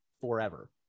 forever